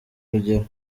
rugero